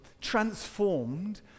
transformed